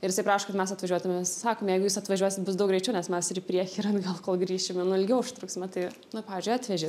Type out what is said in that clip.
ir jisai prašo kad mes atvažiuotume sakom jeigu jūs atvažiuosit bus daug greičiau nes mes ir į priekį ir atgal kol grįšime nu ilgiau užtruksime tai na pavyzdžiui atvežė